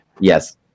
Yes